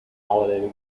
holiday